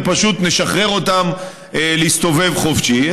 פשוט נשחרר להסתובב חופשי,